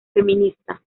feminista